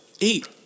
eight